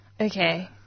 Okay